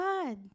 God